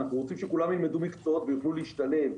אנחנו רוצים שכולם ילמדו מקצועות ויוכלו להשתלב,